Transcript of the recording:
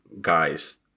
guys